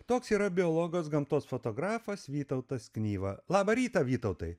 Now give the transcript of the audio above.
toks yra biologas gamtos fotografas vytautas knyva labą rytą vytautai